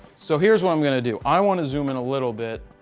so, here's what i'm going to do. i want to zoom in a little bit.